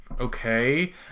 Okay